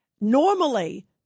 Normally